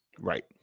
right